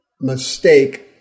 mistake